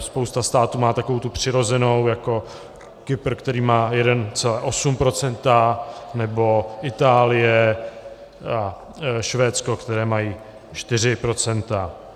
Spousta států má takovou tu přirozenou, jako Kypr, který má 1,8 %, nebo Itálie a Švédsko, které mají 4 %.